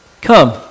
come